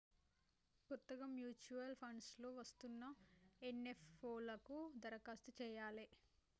కొత్తగా mutual funds లో వస్తున్న ఎన్.ఎఫ్.ఓ లకు దరఖాస్తు చెయ్యాలే